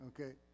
okay